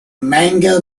manga